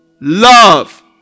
love